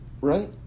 right